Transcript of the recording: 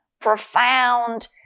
profound